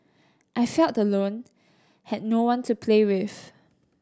I felt alone had no one to play with